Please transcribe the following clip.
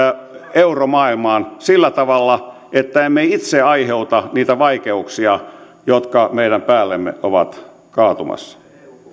euromaailmaan sillä tavalla että emme itse aiheuta niitä vaikeuksia jotka meidän päällemme ovat kaatumassa